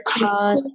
god